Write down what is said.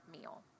meal